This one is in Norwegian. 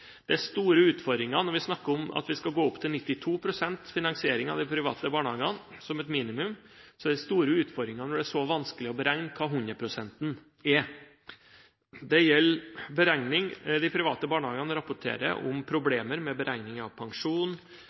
Det er store utfordringer når vi snakker om at vi skal gå opp til 92 pst. finansiering av de private barnehagene som et minimum – det er store utfordringer når det er så vanskelig å beregne hva 100 pst. er. De private barnehagene rapporterer om problemer med beregning av pensjon,